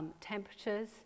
temperatures